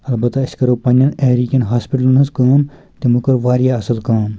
البتہ ٲسۍ کرو پننٮ۪ن ایریا کٮ۪ن ہاسپٹلن ہنٛز کٲم تِمو کٔر واریاہ اصٕل کٲم